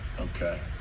Okay